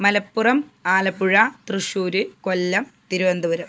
Malappuram Alappuzha Thrissur Kollam Thiruvananthapuram